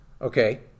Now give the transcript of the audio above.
okay